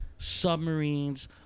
submarines